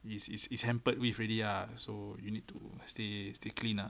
it's it's it's hampered with already ah so you need to stay stay clean ah